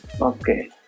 Okay